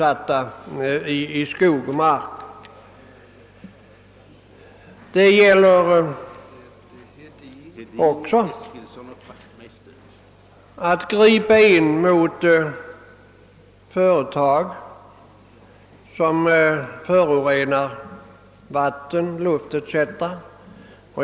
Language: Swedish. Vi måste också ingripa mot företag som förorenar vatten och luft.